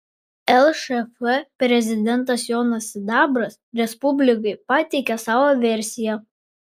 lšf prezidentas jonas sidabras respublikai pateikė savo versiją